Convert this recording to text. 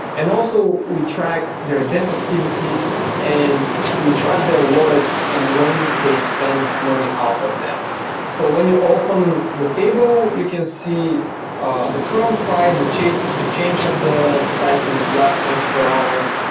and also we track their depth activity and we track their wallets and when they spend money out of them so when you open the table, you can see ah the current price, the change the change of the price in the last twenty four hours,